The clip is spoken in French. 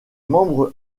membre